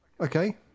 Okay